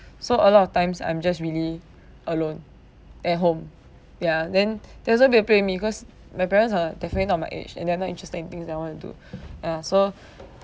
so a lot of times I'm just really alone at home ya then that's why they don't play with me cause my parents are definitely not my age and they are not interested in things that I want to do ya so